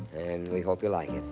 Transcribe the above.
and we hope you like